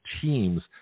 teams